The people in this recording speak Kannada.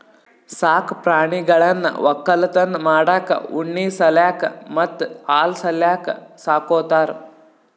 ಸಾಕ್ ಪ್ರಾಣಿಗಳನ್ನ್ ವಕ್ಕಲತನ್ ಮಾಡಕ್ಕ್ ಉಣ್ಣಿ ಸಲ್ಯಾಕ್ ಮತ್ತ್ ಹಾಲ್ ಸಲ್ಯಾಕ್ ಸಾಕೋತಾರ್